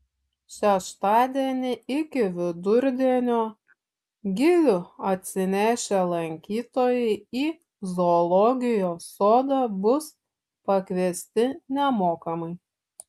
šeštadienį iki vidurdienio gilių atsinešę lankytojai į zoologijos sodą bus pakviesti nemokamai